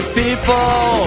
people